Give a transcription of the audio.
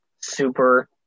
Super